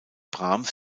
brahms